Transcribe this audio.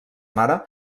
mare